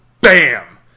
bam